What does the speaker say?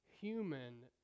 human